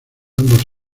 ambos